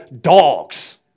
dogs